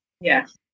Yes